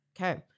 Okay